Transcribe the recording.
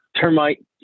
Termite